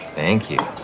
thank you. i